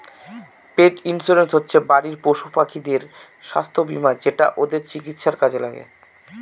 পেট insurance হচ্ছে বাড়ির পশুপাখিদের স্বাস্থ্য বীমা যেটা ওদের চিকিৎসার কাজে লাগে